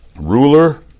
ruler